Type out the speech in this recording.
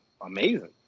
amazing